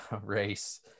race